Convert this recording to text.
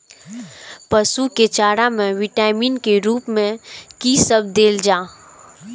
पशु के चारा में विटामिन के रूप में कि सब देल जा?